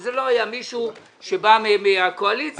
וזה לא היה מישהו שבא מהקואליציה.